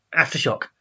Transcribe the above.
Aftershock